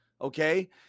Okay